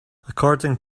according